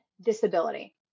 disability